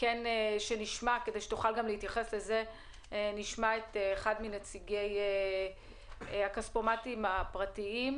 לשמוע את אחד מנציגי הכספומטים הפרטיים,